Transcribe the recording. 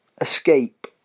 escape